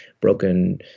broken